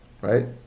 right